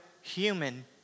human